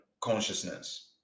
Consciousness